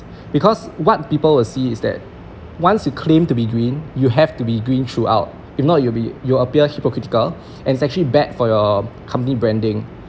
because what people will see is that once you claim to be green you have to be green throughout if not you'll you will appear hypocritical and is actually bad for your company branding